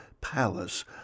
palace